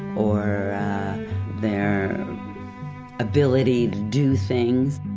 or their ability to do things,